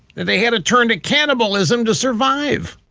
that they had to turn to cannibalism to survive!